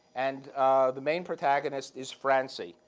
and the main protagonist is francie,